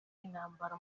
intambara